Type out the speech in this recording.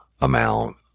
amount